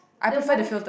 then why do